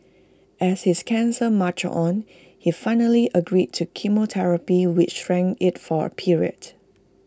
as his cancer marched on he finally agreed to chemotherapy which shrank IT for A period